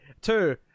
two